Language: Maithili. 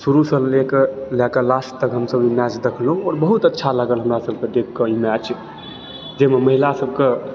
शुरूसँ लेकऽ लए कऽ लास्ट तक हमसभ ई मैच दखलहुँ आओर बहुत अच्छा हमरा सभके देखकऽ ई मैच जैमे महिला सभके